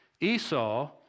Esau